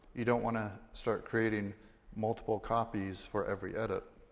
you don't want to start creating multiple copies for every edit.